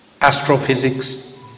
astrophysics